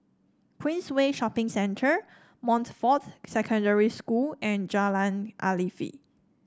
Queensway Shopping Centre Montfort Secondary School and Jalan Afifi